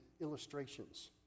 illustrations